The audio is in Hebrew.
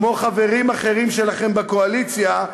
כמו חברים אחרים שלכם בקואליציה,